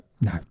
No